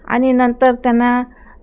आणि नंतर त्यांना